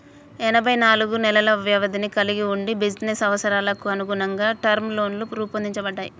ఎనభై నాలుగు నెలల వ్యవధిని కలిగి వుండి బిజినెస్ అవసరాలకనుగుణంగా టర్మ్ లోన్లు రూపొందించబడ్డాయి